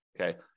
Okay